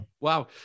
wow